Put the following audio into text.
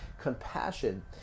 compassion